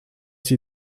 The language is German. sie